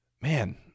man